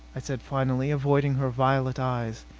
i said finally, avoiding her violet eyes,